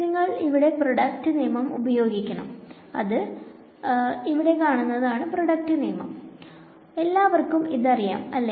നിങ്ങൾ ഇവിടെ പ്രോഡക്റ്റ് നിയമം ഉപയോഗിക്കണം അത് ആണ് എല്ലാവർക്കും ഇതറിയാം അല്ലെ